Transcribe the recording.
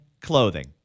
clothing